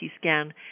scan